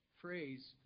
phrase